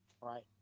right